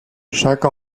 chaque